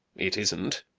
it isn't.